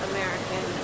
American